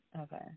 Okay